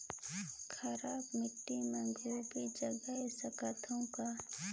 खराब माटी मे गोभी जगाय सकथव का?